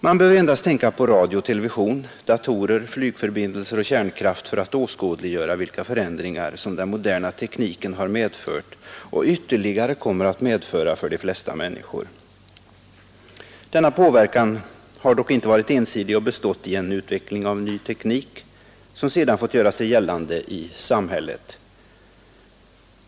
Man behöver endast nämna radio och television, datorer, flygförbindelser och kärnkraft för att åskådliggöra vilka förändringar som den moderna tekniken har medfört och ytterligare kommer att medföra för de flesta människor. Denna påverkan har dock inte varit ensidig och bestått i en utveckling av ny teknik som sedan fått göra sig gällande i samhället.